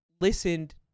listened